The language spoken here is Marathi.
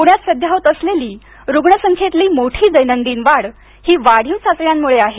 पुण्यात सध्या होत असलेली रुग्ण संख्येतली मोठी दैनंदिन वाढ ही वाढीव चाचण्यांमुळे आहे